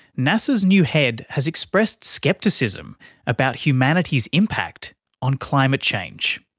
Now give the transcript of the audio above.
nasa's new head has expressed scepticism about humanity's impact on climate change.